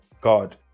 God